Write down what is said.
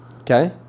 Okay